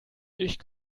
ich